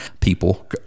People